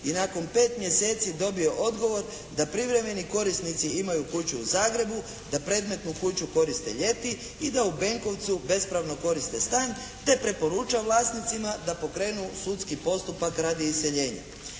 i nakon pet mjeseci dobio odgovor da privremeni korisnici imaju kuću u Zagrebu, da predmetnu kuću koriste ljeti i da u Benkovcu bespravno koriste stan te preporuča vlasnicima da pokrenu sudski postupak radi iseljenja.